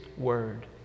word